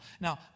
Now